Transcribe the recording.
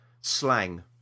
slang